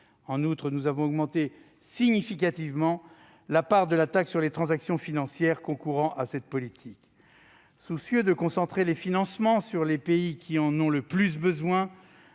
En outre, nous avons augmenté significativement la part de la taxe sur les transactions financières concourant à cette politique. Soucieux de concentrer les financements sur les pays qui en ont le plus besoin,